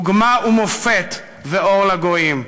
דוגמה ומופת ואור לגויים,